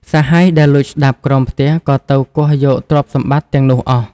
សហាយដែលលួចស្ដាប់ក្រោមផ្ទះ ក៏ទៅគាស់យកទ្រព្យសម្បត្តិទាំងនោះអស់។